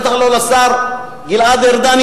בטח לא לשר גלעד ארדן,